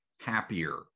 happier